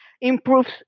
improves